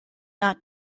not